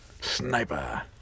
Sniper